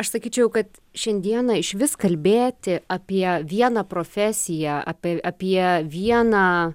aš sakyčiau kad šiandieną išvis kalbėti apie vieną profesiją apie apie vieną